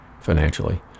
financially